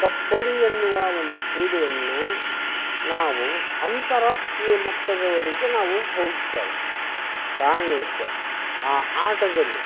ಕಬಡ್ಡಿ ಎನ್ನುವ ಒಂದು ಕ್ರೀಡೆಯನ್ನು ನಾವು ಅಂತರಾಷ್ಟ್ರೀಯ ಮಟ್ಟದವರೆಗೆ ನಾವು ಹೋಗ್ತೇವೆ ಕಾರಣ ಇಷ್ಟೇ ಆ ಆಟದಲ್ಲಿ